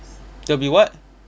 they'll be what